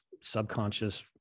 subconscious